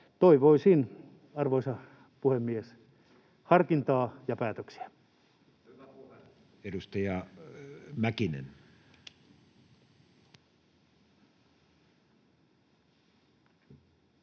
Toivoisin, arvoisa puhemies, harkintaa ja päätöksiä. [Petri Huru: Hyvä puhe!] Edustaja Mäkinen.